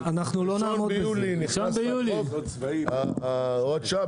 ביולי תיכנס הוראת השעה,